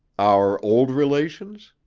our old relations?